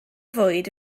fwyd